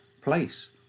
place